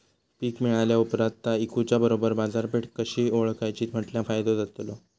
पीक मिळाल्या ऑप्रात ता इकुच्या बरोबर बाजारपेठ कशी ओळखाची म्हटल्या फायदो जातलो?